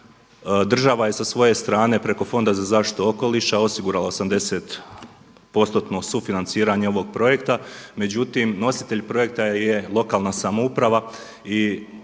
država je sa svoje strane preko Fonda za zaštitu okoliša osigurala 80%-tno sufinanciranje ovog projekta, međutim nositelj projekta je lokalna samouprava i